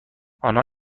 آنها